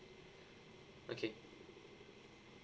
okay